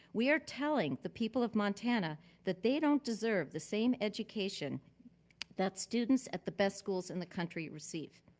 we are telling the people of montana that they don't deserve the same education that students at the best schools in the country receive.